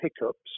hiccups